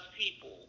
people